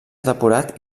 depurat